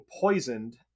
poisoned